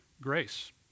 grace